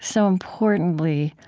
so importantly,